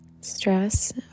stress